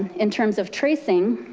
in terms of tracing,